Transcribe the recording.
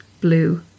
blue